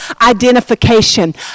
identification